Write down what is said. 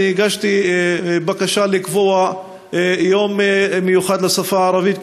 אני הגשתי בקשה לקבוע יום מיוחד לשפה הערבית,